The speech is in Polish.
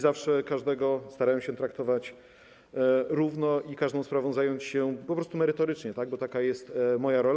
Zawsze każdego starałem się traktować równo i każdą sprawą zająć się po prostu merytorycznie, bo taka jest moja rola.